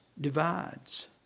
divides